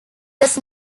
does